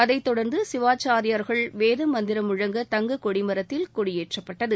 அதைத் தொடர்ந்து சிவாச்சாரியார்கள் வேத மந்திரம் முழங்க தங்க கொடி மரத்தில் கொடியேற்றப்பட்டது